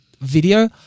video